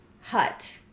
hut